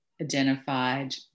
identified